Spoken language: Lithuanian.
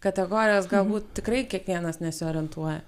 kategorijas galbūt tikrai kiekvienas nesiorientuoja